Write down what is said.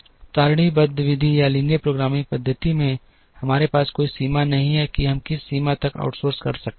सारणीबद्ध विधि या लीनियर प्रोग्रामिंग पद्धति में हमारे पास कोई सीमा नहीं है कि हम किस सीमा तक आउटसोर्स कर सकते हैं